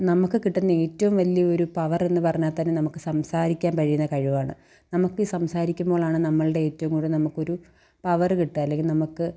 നമുക്ക് കിട്ടുന്ന ഏറ്റവും വലിയൊരു പവർ എന്ന് പറഞ്ഞാൽ തന്നെ നമുക്ക് സംസാരിക്കാൻ കഴിയുന്ന കഴിവാണ് നമുക്ക് സംസാരിക്കുമ്പോളാണ് നമ്മളുടെ ഏറ്റവും കൂടുതൽ നമുക്കൊരു പവറ് കിട്ടുക അല്ലെങ്കിൽ നമുക്ക്